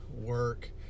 work